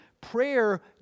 prayer